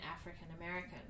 african-american